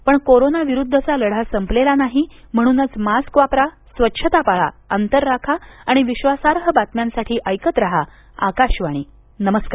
पण कोरोना विरुद्धचा लढा संपलेला नाही म्हणूनच मास्क वापरा स्वच्छता पाळा अंतर राखा आणि विश्वासार्ह बातम्यांसाठी ऐकत रहा आकाशवाणी नमस्कार